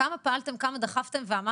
כמה פעלתם ודחפתם כדי